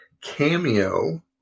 cameo